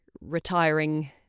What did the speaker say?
retiring